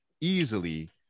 easily